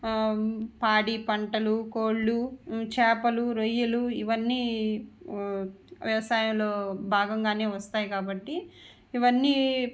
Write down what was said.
పాడిపంటలు కోళ్ళు చేపలు రొయ్యలు ఇవన్నీ వ్యవసాయంలో భాగంగానే వస్తాయి కాబట్టి ఇవన్నీ